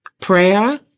prayer